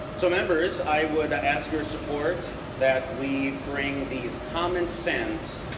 so members i would ask your support that we bring the common sense